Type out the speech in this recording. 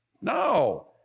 No